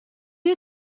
you